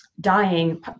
dying